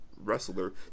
wrestler